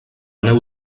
neu